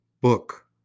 book